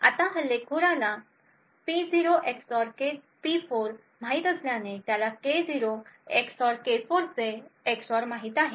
आता हल्लेखोराला P0 XOR P4 माहित असल्याने त्याला K0 एक्सऑर K4 चे एक्सऑर माहित आहे